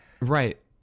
Right